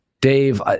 Dave